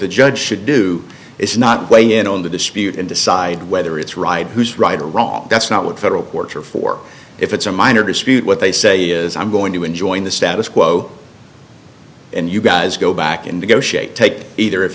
the judge should do is not weigh in on the dispute and decide whether it's right who's right or wrong that's not what federal courts are for if it's a minor dispute what they say is i'm going to enjoin the status quo and you guys go back and go shake take either if